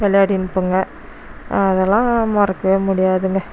விளையாடின்னுப்பேங்க அதெல்லாம் மறக்கவே முடியாதுங்க